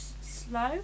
slow